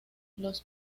los